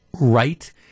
right